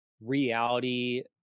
reality